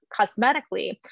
cosmetically